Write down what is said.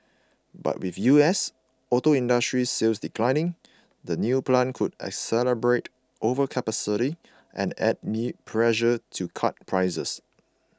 but with U S auto industry sales declining the new plant could exacerbate overcapacity and add me pressure to cut prices